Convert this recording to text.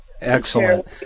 Excellent